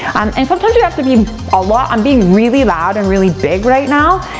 and sometimes you have to be a lot, i'm being really loud and really big right now.